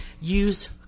use